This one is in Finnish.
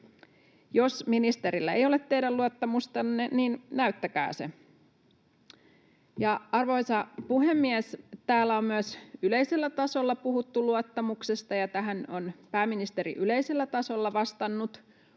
Jos ministerillä ei ole teidän luottamustanne, niin näyttäkää se. Arvoisa puhemies! Täällä on myös yleisellä tasolla puhuttu luottamuksesta, ja tähän on pääministeri yleisellä tasolla vastannut,